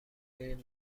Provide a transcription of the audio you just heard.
میریم